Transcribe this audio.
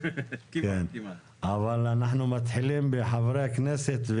אנחנו מתחילים בחברי הכנסת.